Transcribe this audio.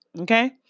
Okay